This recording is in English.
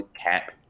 cap